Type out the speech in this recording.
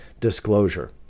disclosure